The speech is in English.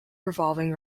revolving